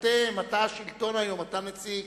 אתם, אתה השלטון היום, אתה נציג.